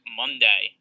monday